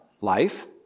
life